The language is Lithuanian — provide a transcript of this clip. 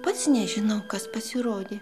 pats nežinau kas pasirodė